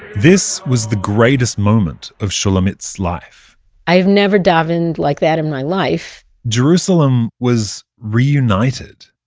this was the greatest moment of shulamit's life i've never davened like that in my life jerusalem was reunited.